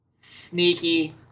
Sneaky